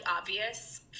obvious